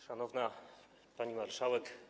Szanowna Pani Marszałek!